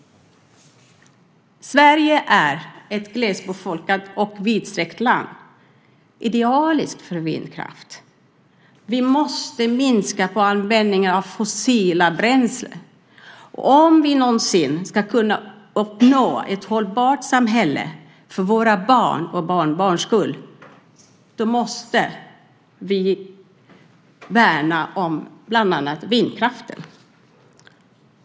Sverige är ett glesbefolkat och vidsträckt land, idealiskt för vindkraft. Vi måste minska användningen av fossila bränslen. För att vi någonsin ska kunna uppnå ett hållbart samhälle för våra barns och barnbarns skull måste vi värna bland annat om vindkraften.